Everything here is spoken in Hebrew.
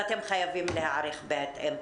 ואתם חייבים להיערך בהתאם.